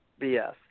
BS